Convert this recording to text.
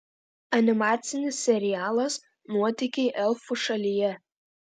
animacinis serialas nuotykiai elfų šalyje